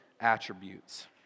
attributes